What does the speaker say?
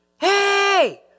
Hey